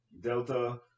Delta